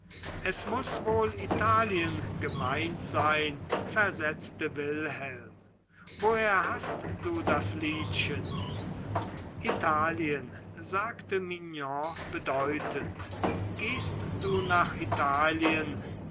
es muß wohl italien gemeint sein versetzte wilhelm woher hast du das liedchen italien sagte mignon bedeutend gehst du nach italien